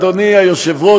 אדוני היושב-ראש,